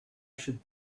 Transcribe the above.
should